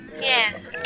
Yes